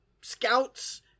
scouts